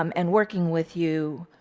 um and working with you